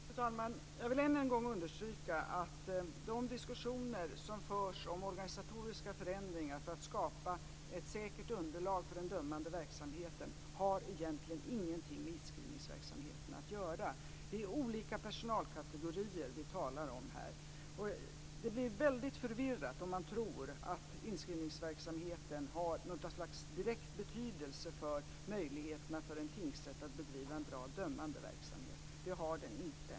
Fru talman! Jag vill än en gång understryka att de diskussioner som förs om organisatoriska förändringar för att skapa ett säkert underlag för den dömande verksamheten egentligen inte har någonting med inskrivningsverksamheten att göra. Det är olika personalkategorier vi talar om. Det blir väldigt förvirrat om man tror att inskrivningsverksamheten har något slags direkt betydelse för möjligheterna för en tingsrätt att bedriva en bra dömande verksamhet. Det har den inte.